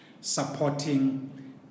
supporting